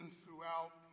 throughout